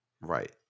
Right